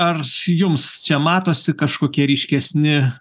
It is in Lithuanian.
ar jums čia matosi kažkokie ryškesni